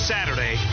Saturday